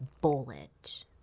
bullet